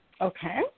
Okay